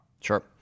Sure